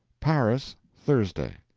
paris, thursday.